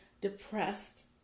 depressed